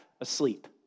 asleep